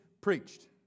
preached